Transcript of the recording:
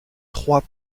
trois